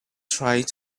tried